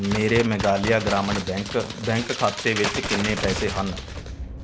ਮੇਰੇ Meghalaya Gramin bank bank ਖਾਤੇ ਵਿੱਚ ਕਿੰਨੇ ਪੈਸੇ ਹਨ